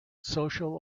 social